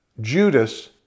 Judas